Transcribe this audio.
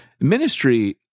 Ministry